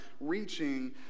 reaching